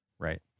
Right